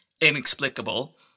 inexplicable